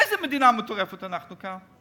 איזו מדינה מטורפת אנחנו כאן?